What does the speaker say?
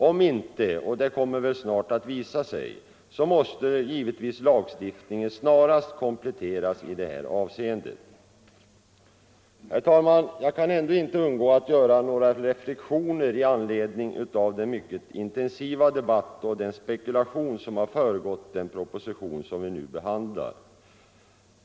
Om inte — och det kommer väl inom kort att visa sig - måste lagstiftningen snarast kompletteras i det här avseendet. Herr talman! Jag kan ändå inte undgå att göra några reflexioner i anledning av den mycket intensiva debatt och den spekulation som har föregått den proposition vi nu behandlar.